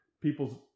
people's